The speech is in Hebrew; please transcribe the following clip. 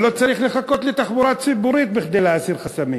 אני לא צריך לחכות לתחבורה ציבורית כדי להסיר חסמים.